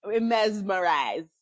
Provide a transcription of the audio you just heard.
mesmerized